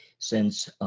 since